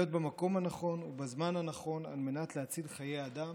במקום הנכון ובזמן הנכון על מנת להציל חיי אדם.